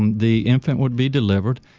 and the infant would be delivered.